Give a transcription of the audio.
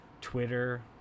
twitter